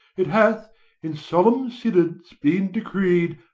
it hath in solemn synods been decreed,